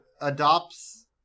adopts